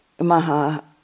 Maha